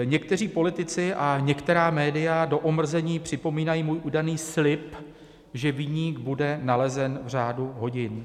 Někteří politici a některá média do omrzení připomínají můj údajný slib, že viník bude nalezen v řádu hodin.